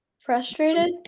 Frustrated